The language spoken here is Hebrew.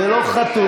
זה, זו לא חתונה.